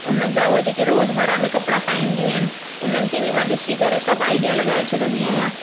उन्हनि जा हूअ जेकी रोजमर्रा में कपिड़ा पाईंदियूं आहिनि उन्हनि खे बि मां ॾिसी करे सभु आइडिया लगाए छॾंदी आहियां